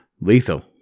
Lethal